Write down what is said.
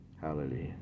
Hallelujah